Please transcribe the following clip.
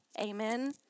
Amen